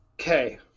Okay